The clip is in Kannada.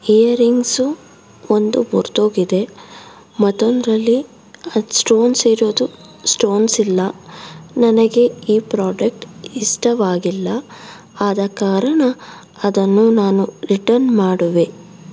ಇಯರ್ ರಿಂಗ್ಸು ಒಂದು ಮುರಿದೋಗಿದೆ ಮತ್ತೊಂದರಲ್ಲಿ ಅದು ಸ್ಟೋನ್ಸ್ ಇರೋದು ಸ್ಟೋನ್ಸ್ ಇಲ್ಲ ನನಗೆ ಈ ಪ್ರಾಡಕ್ಟ್ ಇಷ್ಟವಾಗಿಲ್ಲ ಆದ ಕಾರಣ ಅದನ್ನು ನಾನು ರಿಟರ್ನ್ ಮಾಡುವೆ